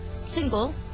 single